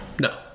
No